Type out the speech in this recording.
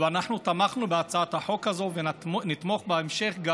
ואנחנו תמכנו בהצעת החוק הזאת ונתמוך גם בהמשך,